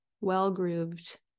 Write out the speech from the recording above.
well-grooved